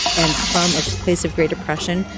and from a place of great oppression,